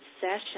session